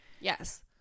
Yes